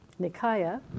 Nikaya